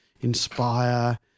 inspire